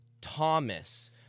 Thomas—